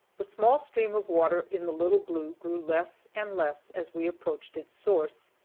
the small stream of water in the little blue grew less and less as we approached its source,